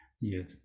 yes